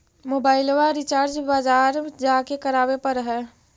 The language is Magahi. मोबाइलवा रिचार्ज बजार जा के करावे पर है?